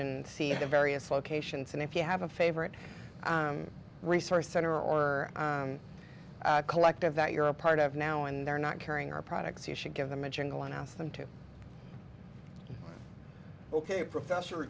and see the various locations and if you have a favorite resource center or collective that you're a part of now and they're not carrying our products you should give them a journal and ask them to ok professor